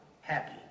happy